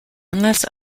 unless